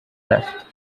left